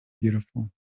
Beautiful